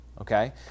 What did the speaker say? okay